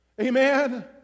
Amen